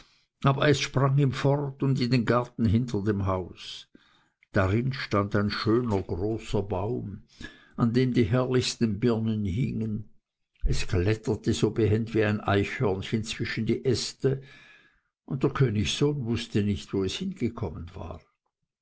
aber es sprang ihm fort und in den garten hinter dem haus darin stand ein schöner großer baum an dem die herrlichsten birnen hingen es kletterte so behend wie ein eichhörnchen zwischen die äste und der königssohn wußte nicht wo es hingekommen war